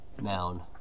noun